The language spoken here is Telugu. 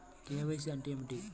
కే.వై.సి అంటే ఏమిటి?